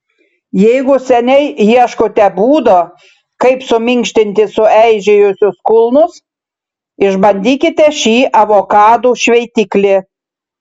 jeigu seniai ieškote būdo kaip suminkštinti sueižėjusius kulnus išbandykite šį avokadų šveitiklį